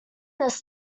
this